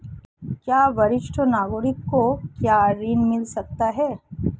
क्या वरिष्ठ नागरिकों को ऋण मिल सकता है?